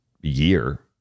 year